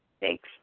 Thanks